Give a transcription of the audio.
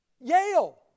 Yale